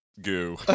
goo